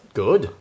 good